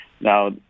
Now